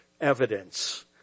evidence